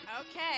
Okay